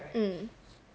mm